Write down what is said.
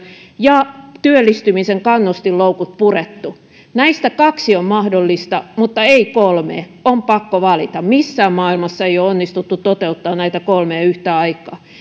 ja työllistymisen kannustinloukut purettu näistä kaksi on mahdollista mutta ei kolme on pakko valita missään maailmassa ei olla onnistuttu toteuttamaan näitä kolmea yhtä aikaa